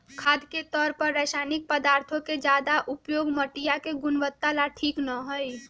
खाद के तौर पर रासायनिक पदार्थों के ज्यादा उपयोग मटिया के गुणवत्ता ला ठीक ना हई